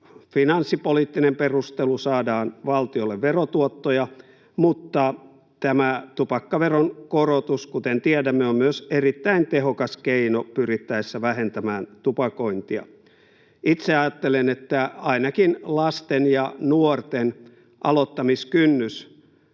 finanssipoliittinen perustelu, saadaan valtiolle verotuottoja, mutta tämä tupakkaveron korotus, kuten tiedämme, on myös erittäin tehokas keino pyrittäessä vähentämään tupakointia. Itse ajattelen, että ainakin lasten ja nuorten aloittamiskynnys